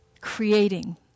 creating